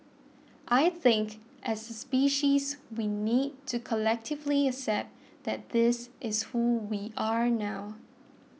I think as a species we need to collectively accept that this is who we are now